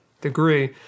degree